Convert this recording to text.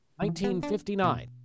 1959